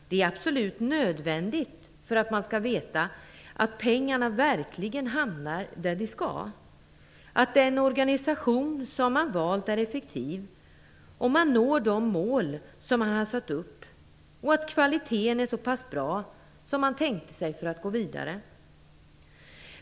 Det är absolut nödvändigt för att man skall veta att pengarna verkligen hamnar där de skall, att den organisation som man valt är effektiv, att man når de mål man har satt upp och att kvaliteten är så pass bra som man tänkte sig för att gå vidare.